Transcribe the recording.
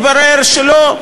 התברר שלא,